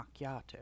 macchiato